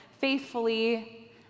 faithfully